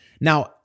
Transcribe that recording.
Now